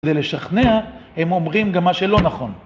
ולשכנע, הם אומרים גם מה שלא נכון.